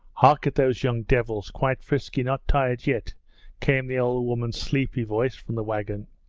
hark at those young devils! quite frisky! not tired yet came the old woman's sleepy voice from the wagon.